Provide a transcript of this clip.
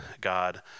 God